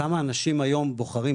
כמה אנשים היום בוחרים.